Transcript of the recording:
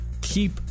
keep